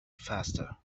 faster